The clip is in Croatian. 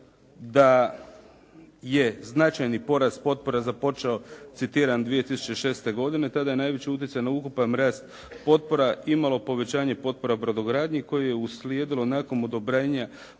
da je značajni porast potpora započeo citiram 2006. godine tada je najveći utjecaj na ukupan rast potpora imalo povećanje potpora u brodogradnji koje je uslijedilo nakon odobrenja